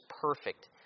perfect